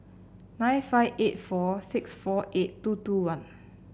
nine five eight four six four eight two two one